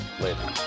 Later